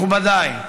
מכובדיי,